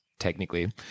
technically